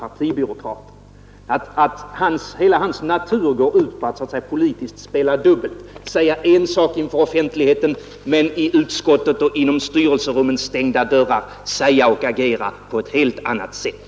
Partibyråkratens hela natur går ut på att politiskt spela dubbelt: säga en sak inför offentligheten men i utskotten och bakom styrelserummens stängda dörrar tala och agera på ett helt annat sätt.